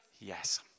Yes